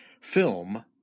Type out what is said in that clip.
film